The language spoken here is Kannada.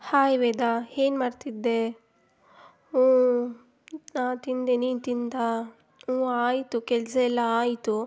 ಹಾಯ್ ವೇದ ಏನ್ ಮಾಡ್ತಿದ್ದೆ ಹ್ಞೂ ನಾ ತಿಂದೆ ನೀನು ತಿಂದಾ ಹ್ಞೂ ಆಯಿತು ಕೆಲಸ ಎಲ್ಲ ಆಯಿತು